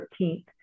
13th